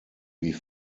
wie